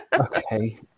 Okay